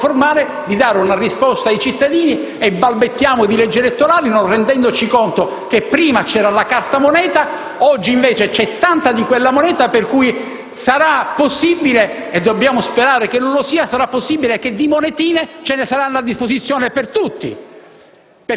formale, di dare una risposta ai cittadini e balbettiamo di leggi elettorali non rendendoci conto che prima c'era la carta moneta, mentre oggi c'è tanta di quella moneta per cui sarà possibile - e dobbiamo sperare che non lo sia - che di monetine ce ne saranno a disposizione per tutti.